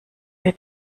wir